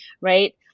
right